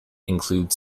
include